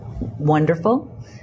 wonderful